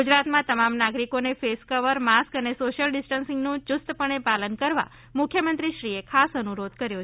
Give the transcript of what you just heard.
ગુજરાતમાં તમામ નાગરિકોને ફેસ કવર માસ્ક અને સોશ્યલ ડીસ્ટન્સિંગનું યુસ્તપણે પાલન કરવા પણ મુખ્યમંત્રીશ્રીએ ખાસ અનુરોધ કર્યો છે